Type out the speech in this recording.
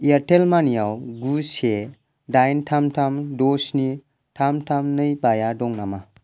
Airtel मानि आव गु से दाइन थाम थाम द' स्नि थाम थाम नै बाया दं नामा